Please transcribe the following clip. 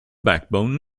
backbone